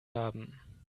haben